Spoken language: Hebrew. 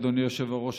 אדוני היושב-ראש,